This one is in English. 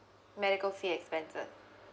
medical fee expenses